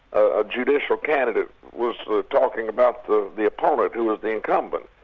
a judicial candidate was talking about the the opponent, who was the incumbent,